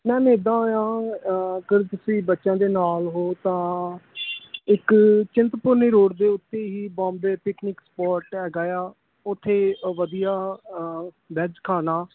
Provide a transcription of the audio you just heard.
ma'am ਇੱਦਾਂ ਹੋਇਆ ਅਗਰ ਤੁਸੀਂ ਬੱਚਿਆਂ ਦੇ ਨਾਲ ਹੋ ਤਾਂ ਇੱਕ ਚਿੰਤਪੁਰਨੀ ਰੋਡ ਦੇ ਉੱਤੇ ਹੀ ਬੋਂਬੇ ਪਿਕਨਿਕ ਸਪੋਟ ਹੈਗਾ ਇਆ ਉੱਥੇ ਵਧੀਆ ਵੈੱਜ ਖਾਣਾ